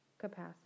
capacity